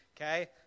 Okay